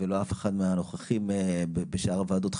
אני